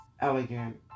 Elegant